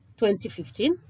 2015